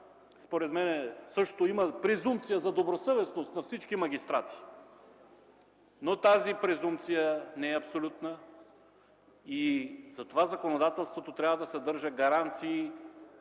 според мен има презумпция за добросъвестност на всички магистрати, но тази презумпция не е абсолютна. Затова законодателството трябва да съдържа гаранции,